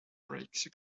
break